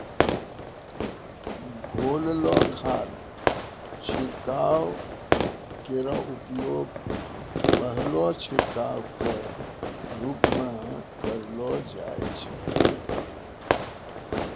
घोललो खाद छिड़काव केरो उपयोग पहलो छिड़काव क रूप म करलो जाय छै